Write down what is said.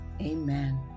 Amen